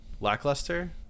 lackluster